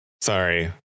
Sorry